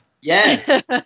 Yes